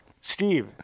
Steve